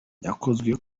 yakozwe